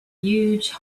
huge